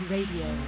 Radio